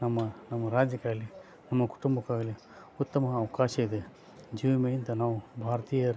ನಮ್ಮ ನಮ್ಮ ರಾಜ್ಯಕ್ಕಾಗಲಿ ನಮ್ಮ ಕುಟುಂಬಕ್ಕಾಗಲಿ ಉತ್ತಮ ಅವಕಾಶ ಇದೆ ಜೀವ ವಿಮೆಯಿಂದ ನಾವು ಭಾರತೀಯರು